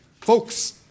Folks